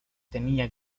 tenía